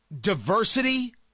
diversity